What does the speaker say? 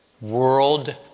World